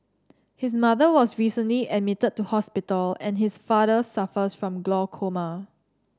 his mother was recently admitted to hospital and his father suffers from glaucoma